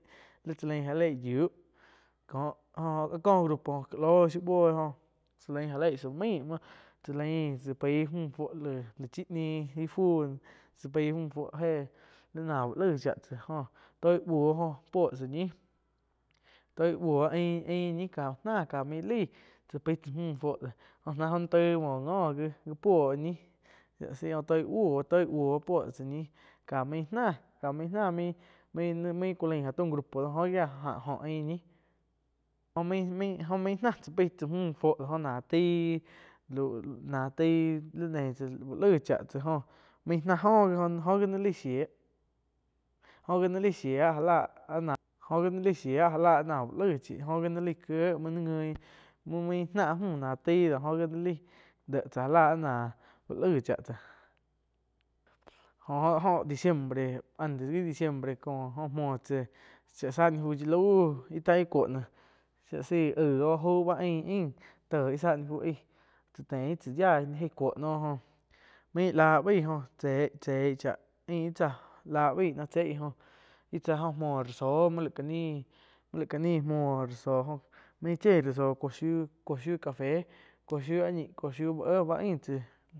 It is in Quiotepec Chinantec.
Li tsá lain ja lei yiu có jó có grupo ká lóh shiu buih jó cha lain ja leig zá main muo chá lain tsá pai mü fuo le chí ñiu íh fu no tsá peih mü fuo éh li ná uh laig cha tsá jó toi buo joh puoh tsá ñih toi buoh ain-ain ñi ká náh, ka main laih paij tzá mu fuo, jo náh oh naig taih muoh góh já puoh ñih shía la zai oh toi buo puo tzá ñi ka main nah ka main-main ku lain gá taum grupo oh gia áh ain ñi maim-maim jo main tsá paih tzá mü fuo jo náh taih lau li neih tzáh. Uh laig cha tzá joh main náh oh gi nain laig shíah, óh gi naih laih zhia áh ná, jo ji nai lai shia já la áh nah úh laig chi oh ji naih laih kiéh mu ni nguin main náh áh mü ná taih, jó ji naih lai déh tzá áh nah, uh laig chá tzá, jo-jo diciembre antes gi diciembre jó-jo muoh tzáh chá záh ni fu yi lau íh taih cuo noh téh ih zá ni fu aig, chá tein tsa yaih cuo no oh, main la baih jo tsei tsei chá ain tsáh lá baih náh cheig jo muoh rá zo muoh laig ka nih muoh laig ka ni muoh rá zo main chieh rá zo cuo shiu-cuo shiu café, cuoh shiu áh ñi uh éh ba ain tsáh.